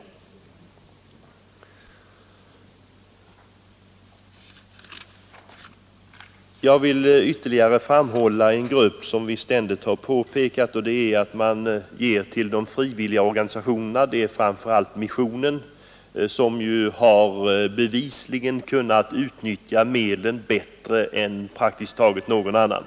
21 Jag vill peka på en annan viktig del av biståndet som vi ständigt har framhållit, nämligen bidragen till de frivilliga organisationerna och framför allt då missionen som bevisligen kunnat utnyttja medlen bättre än praktiskt taget någon annan.